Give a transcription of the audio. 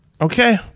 Okay